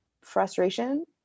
frustration